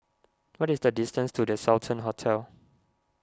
what is the distance to the Sultan Hotel